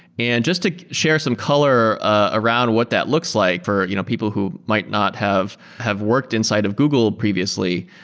and just to share some color ah around what that looks like for you know people who might not have have worked inside of google previously,